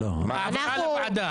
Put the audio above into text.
העברה לוועדה.